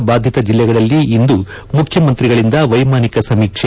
ನೆರೆಬಾಧಿತ ಜಿಲ್ಲೆಗಳಲ್ಲಿ ಇಂದು ಮುಖ್ಯಮಂತ್ರಿಗಳಿಂದ ವೈಮಾನಿಕ ಸಮೀಕ್ಷೆ